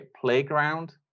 playground